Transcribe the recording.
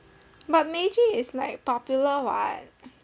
but meiji is like popular [what]